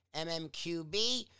MMQB